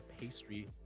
pastry